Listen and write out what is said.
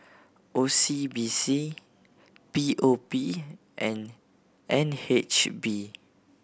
O C B C P O P and N H B